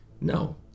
No